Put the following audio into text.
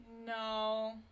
No